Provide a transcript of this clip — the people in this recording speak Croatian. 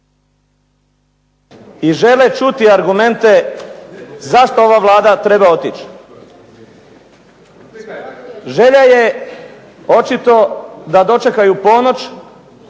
i žele čuti argumente zašto ova Vlada treba otići. Želja je očito da dočekaju ponoć